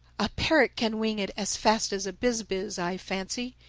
a parrot can wing it as fast as a biz-biz, i fancy.